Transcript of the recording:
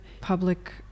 public